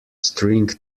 string